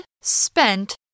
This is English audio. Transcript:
Spent